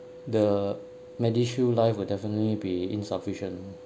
the MediShield life will definitely be insufficient